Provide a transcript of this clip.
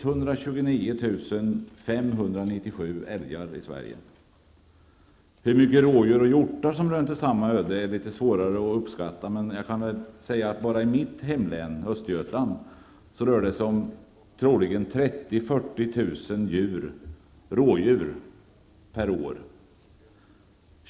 Hur många rådjur och hjortar som rönte samma öde är litet svårare att uppskatta, men bara i mitt hemlän, Östergötland, rör det sig troligen om 30 000--40 000 rådjur per år.